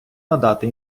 надати